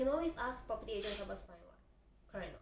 can always ask property agent help us find [what] correct not